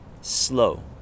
slow